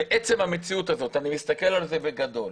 שעצם המציאות הזו, אני מסתכל על זה בגדול,